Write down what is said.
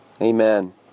Amen